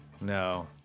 No